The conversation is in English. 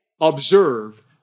observe